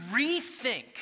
rethink